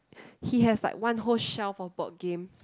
he has like one whole shelf of board game